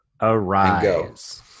arise